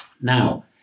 Now